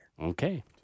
Okay